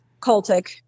cultic